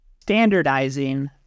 standardizing